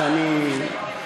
מפני שאני,